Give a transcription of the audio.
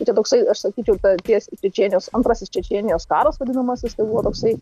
tai čia toksai aš sakyčiau peties čečėnijos antrasis čečėnijos karas vadinamas jisai buvo toksai